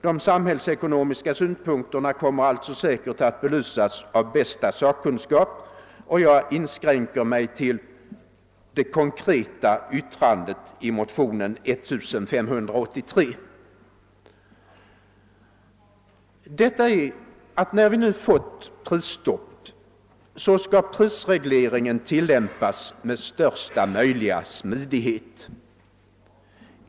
De samhällsekonomiska synpunkterna kommer därför säkert att belysas av bästa sakkunskap, och jag inskränker mig till det konkreta yrkandet i motionen 1583. Detta är att, när vi nu fått prisstopp, prisregleringen skall tillämpas med största möjliga smidighet.